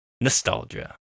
nostalgia